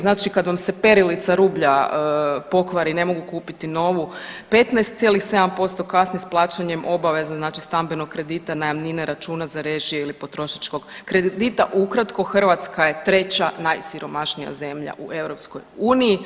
Znači kad vam se perilica rublja pokvari ne mogu kupiti novu, 15,7% kasni s plaćanjem obaveza stambenog kredita, najamnine, računa za režije ili potrošačkog kredita, ukratko, Hrvatska je 3. najsiromašnija zemlja u EU.